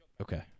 Okay